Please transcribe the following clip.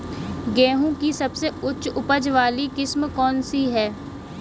गेहूँ की सबसे उच्च उपज बाली किस्म कौनसी है?